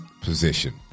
position